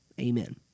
Amen